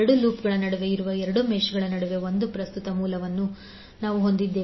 2 ಲೂಪ್ಗಳ ನಡುವೆ ಇರುವ 2 ಮೆಶ್ಗಳ ನಡುವೆ 1 ಪ್ರಸ್ತುತ ಮೂಲವನ್ನು ನಾವು ಹೊಂದಿದ್ದೇವೆ